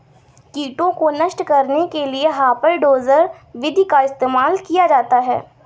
कीटों को नष्ट करने के लिए हापर डोजर विधि का इस्तेमाल किया जाता है